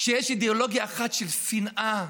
כשיש אידיאולוגיה אחת, של שנאה,